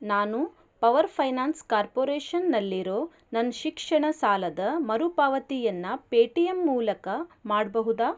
ನಾನು power finance ಕಾರ್ಪೊರೇಷನಲ್ಲಿರೋ ನನ್ನ ಶಿಕ್ಷಣ ಸಾಲದ ಮರುಪಾವತಿಯನ್ನು ಪೇ ಟಿ ಎಮ್ ಮೂಲಕ ಮಾಡಬಹುದಾ